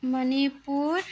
Manipur